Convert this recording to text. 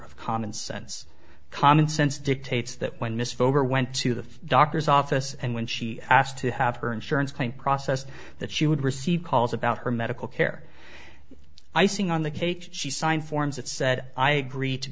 of common sense common sense dictates that when miss voter went to the doctor's office and when she asked to have her insurance claim process that she would receive calls about her medical care icing on the cake she signed forms that said i agree to